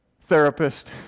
therapist